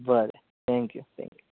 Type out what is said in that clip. बरें thank you thank you